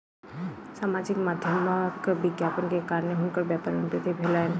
सामाजिक माध्यमक विज्ञापन के कारणेँ हुनकर व्यापार में वृद्धि भेलैन